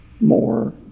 more